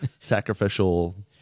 sacrificial